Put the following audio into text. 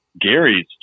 Gary's